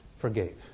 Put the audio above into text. forgave